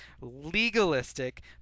legalistic